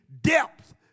depth